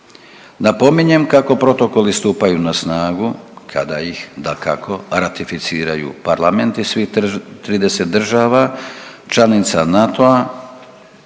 Napominjem kako protokoli stupaju na snagu kada ih dakako ratificiraju parlamenti svih 30 država članica NATO-a,